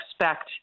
expect